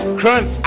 crunch